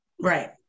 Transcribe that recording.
Right